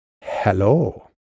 Hello